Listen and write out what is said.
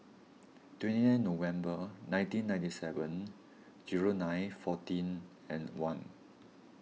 twenty nine November nineteen ninety seven zero nine fourteen and one